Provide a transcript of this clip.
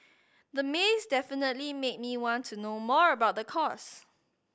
the maze definitely made me want to know more about the course